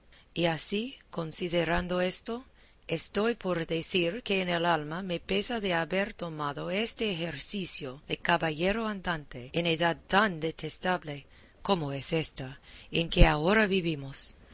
y así considerando esto estoy por decir que en el alma me pesa de haber tomado este ejercicio de caballero andante en edad tan detestable como es esta en que ahora vivimos